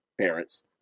parents